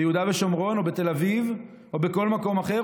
ביהודה ושומרון או בתל אביב או בכל מקום אחר,